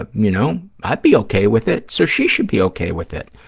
ah you know, i'd be okay with it, so she should be okay with it.